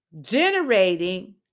generating